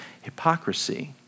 hypocrisy